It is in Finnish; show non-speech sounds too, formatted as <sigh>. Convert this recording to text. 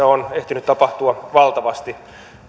<unintelligible> on ehtinyt tapahtua valtavasti